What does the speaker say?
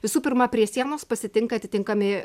visų pirma prie sienos pasitinka atitinkami